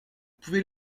pouvez